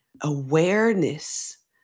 awareness